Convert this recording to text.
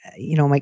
you know, like